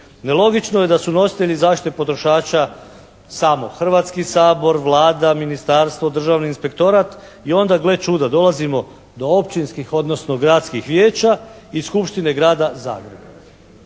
Nelogično je da su nositelji zaštite potrošača samo Hrvatski sabor, Vlada, Ministarstvo, Državni inspektorat i onda gle čuda. Dolazimo do općinskih odnosno gradskih vijeća i Skupštine Grada Zagreba.